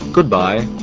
Goodbye